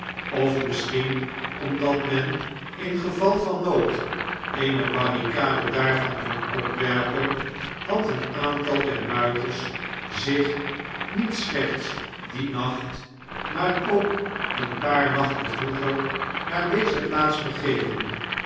of misschien omdat men in geval van nood eene barricade daarvan kon opwerpen had een aantal der muiterszich niet slechts dien nacht maar ook een paar nachten vroeger naar deze plaats begeven